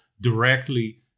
directly